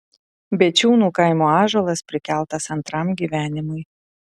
bėčiūnų kaimo ąžuolas prikeltas antram gyvenimui